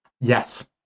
Yes